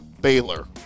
Baylor